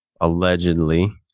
allegedly